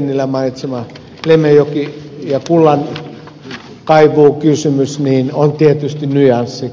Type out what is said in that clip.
tennilän mainitsema lemmenjoki ja kullankaivukysymys ovat tietysti nyanssi